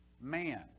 man